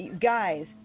guys